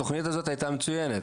בפריפריה התוכנית הזאת הייתה מצוינת,